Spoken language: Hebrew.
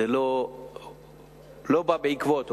זה לא בא בעקבות,